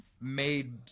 made